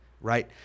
right